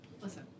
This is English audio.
listen